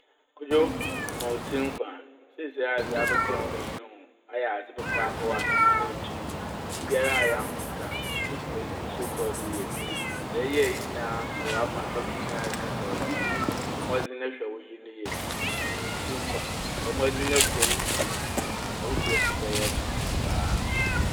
Kwodwo! Mema wo tsir nkwa. Siesiera dze abaka mbanyin ho. Ayɛ adze papaapa wɔ anamɔn a etu yi. Biribiara ayɛ ahomka. Wo dwumadzi no so kɔr do yie. Dɛ eyɛe ne yi nyinaa so wɔama dɔm no nyinaa so rekasa wo ho. Bɔ mbɔdzen na hwɛ wo yer no yie, mema hɔn tsir nkwa. Bɔ mbɔdzen na kora wo fie na wo fie so bɛyɛ soronko koraa.